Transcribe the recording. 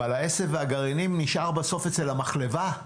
אבל העשב והגרעינים נשאר בסוף אצל המחלבה,